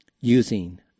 using